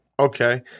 Okay